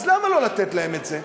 אז למה לא לתת להם את זה?